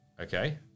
okay